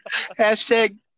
Hashtag